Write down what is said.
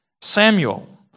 Samuel